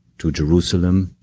to jerusalem,